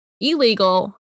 illegal